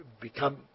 become